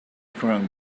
thrown